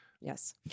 Yes